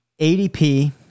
ADP